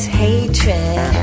hatred